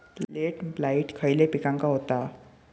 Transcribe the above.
Late blight खयले पिकांका होता?